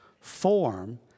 form